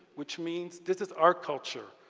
which means, this is our culture.